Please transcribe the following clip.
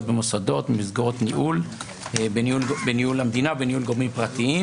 במוסדות ובמסגרות בניהול המדינה ובניהול גורמים פרטיים.